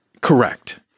Correct